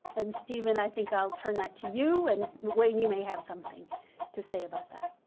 and steven, i think i'll turn that to you and, wayne, you may have something to say about that.